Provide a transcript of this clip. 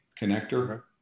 connector